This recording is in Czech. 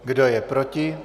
Kdo je proti?